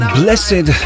blessed